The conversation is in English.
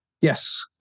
Yes